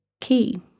Key